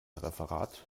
referat